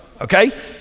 Okay